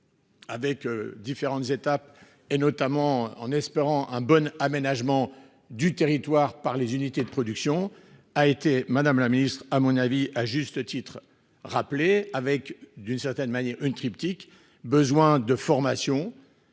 Avec différentes étapes et notamment en espérant un bonne aménagement du territoire par les unités de production a été madame la Ministre, à mon avis à juste titre, rappeler avec, d'une certaine manière un triptyque besoin de formation.